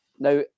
Now